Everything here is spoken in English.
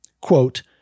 quote